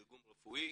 תרגום רפואי.